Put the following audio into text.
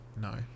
no